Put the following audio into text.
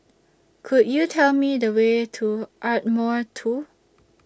Could YOU Tell Me The Way to Ardmore two